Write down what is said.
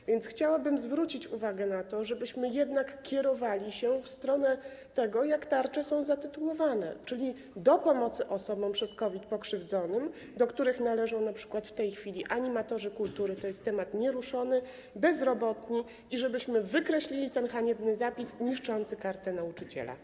A więc chciałabym zwrócić uwagę na to, żebyśmy jednak kierowali się w stronę tego, jak tarcze są zatytułowane: pomocy osobom przez COVID pokrzywdzonym, do których należą np. w tej chwili animatorzy kultury, to jest temat nieruszony, bezrobotnym, i żebyśmy wykreślili ten haniebny zapis niszczący Kartę Nauczyciela.